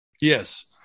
Yes